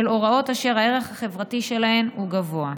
של הוראות אשר הערך החברתי שלהן גבוה.